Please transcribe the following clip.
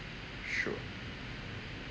sure